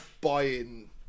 buying